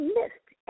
missed